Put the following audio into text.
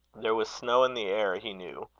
there was snow in the air, he knew.